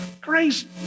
Crazy